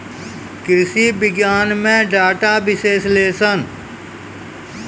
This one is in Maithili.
कृषि विज्ञान में डेटा विश्लेषण